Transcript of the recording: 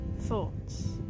Thoughts